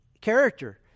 character